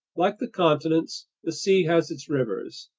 like the continents, the sea has its rivers.